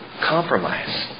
Compromise